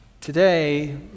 today